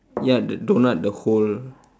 ya the doughnut the hole